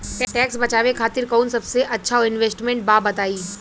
Tax बचावे खातिर कऊन सबसे अच्छा इन्वेस्टमेंट बा बताई?